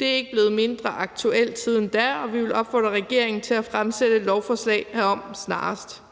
Det er ikke blevet mindre aktuelt siden da, og vi vil opfordre regeringen til at fremsætte lovforslag herom snarest.